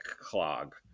clog